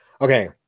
okay